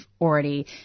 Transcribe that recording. already